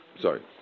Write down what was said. Sorry